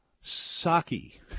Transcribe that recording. Saki